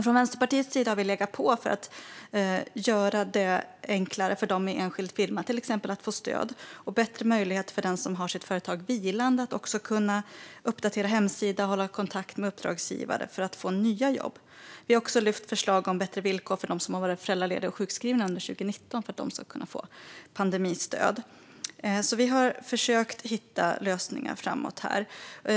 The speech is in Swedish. Från Vänsterpartiets sida har vi legat på för att göra det enklare för till exempel dem med enskild firma att få stöd och bättre möjligheter för dem som har sitt företag vilande att uppdatera hemsidor och hålla kontakt med uppdragsgivare för att få nya jobb. Vi har också lyft fram förslag om bättre villkor för dem som har varit föräldralediga och sjukskrivna under 2019 för att de ska kunna få pandemistöd. Vi har alltså försökt hitta lösningar framåt här.